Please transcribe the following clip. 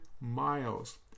miles